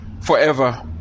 forever